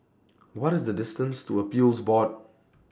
What IS The distance to Appeals Board